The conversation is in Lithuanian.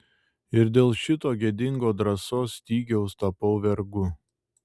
ir dėl šito gėdingo drąsos stygiaus tapau vergu